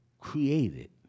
created